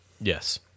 Yes